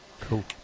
Cool